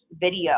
video